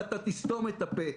ואתה תסתום את הפה.